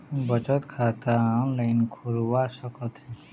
बचत खाता ऑनलाइन खोलवा सकथें?